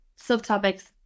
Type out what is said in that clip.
subtopics